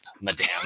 madame